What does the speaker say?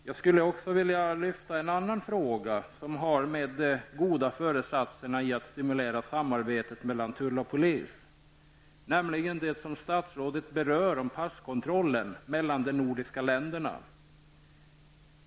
Jag skulle också vilja lyfta fram en annan fråga, som har med de goda föresatserna att stimulera samarbetet mellan tull och polis att göra, nämligen det som statsrådet berör om passkontrollen i de nordiska länderna.